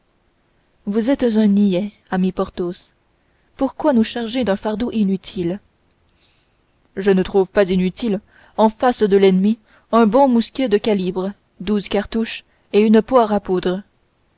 vous êtes un niais ami porthos pourquoi nous charger d'un fardeau inutile je ne trouve pas inutile en face de l'ennemi un bon mousquet de calibre douze cartouches et une poire à poudre